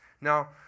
Now